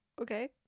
Okay